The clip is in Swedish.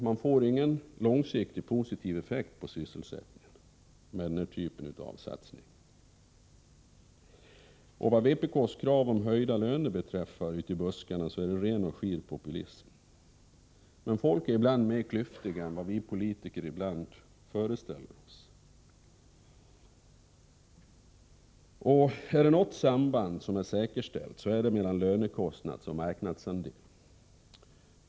Man får ingen långsiktig positiv effekt på sysselsättningen med den här typen av satsning. Vad vpk:s krav ute i buskarna på höjda löner beträffar så är de ren och skir populism. Men folk är ofta mer klyftiga än vad vi politiker ibland föreställer oss. Är det något samband som är säkerställt, så är det sambandet mellan lönekostnad och marknadsandelar.